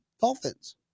Dolphins